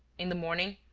in the morning,